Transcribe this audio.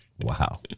Wow